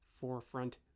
forefront